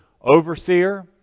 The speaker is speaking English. Overseer